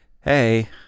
Hey